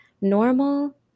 normal